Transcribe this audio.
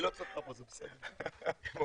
היא